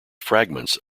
fragments